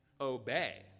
obey